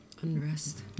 Unrest